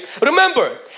Remember